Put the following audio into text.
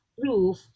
proof